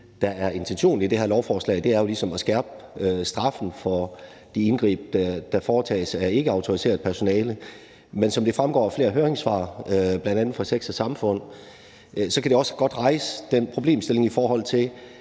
intentionen i det her lovforslag, jo er at skærpe straffen for de indgreb, der foretages af ikkeautoriseret personale. Men som det fremgår af flere høringssvar, bl.a. fra Sex & Samfund, så kan det godt rejse den problemstilling, om vi